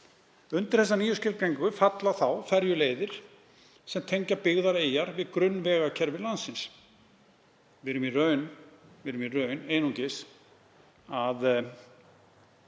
Undir þessa nýju skilgreiningu falla þá ferjuleiðir sem tengja byggðar eyjar við grunnvegakerfi landsins. Við erum í raun einungis að tengja þessar